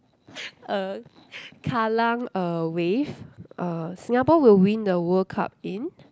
uh Kallang uh wave uh Singapore will win the World-Cup in